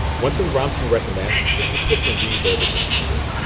one thing ramtin recommends is to put some reverb in your music.